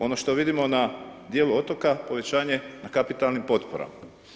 Ono što vidimo na dijelu otoka povećanje na kapitalnim potporama.